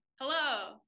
hello